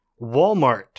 Walmart